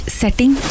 setting